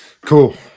Cool